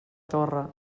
torre